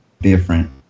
different